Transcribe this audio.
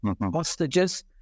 hostages